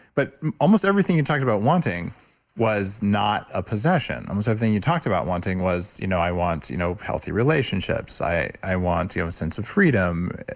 but almost everything you've talked about wanting was not a possession. almost everything you talked about wanting was, you know i want you know healthy relationships, i i want you have a sense of freedom.